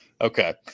okay